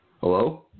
Hello